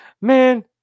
man